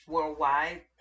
Worldwide